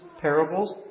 parables